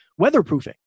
weatherproofing